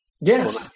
Yes